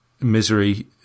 misery